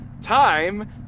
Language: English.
time